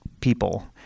people